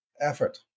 effort